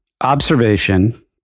observation